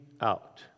out